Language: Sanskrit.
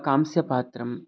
कांस्यपात्रम्